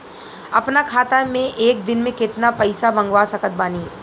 अपना खाता मे एक दिन मे केतना पईसा मँगवा सकत बानी?